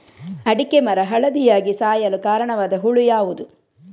ಅಡಿಕೆ ಮರ ಹಳದಿಯಾಗಿ ಸಾಯಲು ಕಾರಣವಾದ ಹುಳು ಯಾವುದು?